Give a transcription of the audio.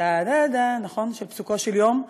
של "פסוקו של יום"